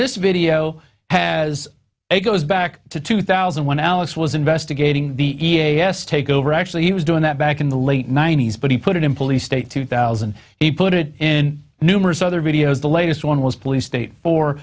this video has a goes back to two thousand and one alice was investigating the e a s takeover actually he was doing that back in the late ninety's but he put it in police state two thousand he put it in numerous other videos the latest one was police state or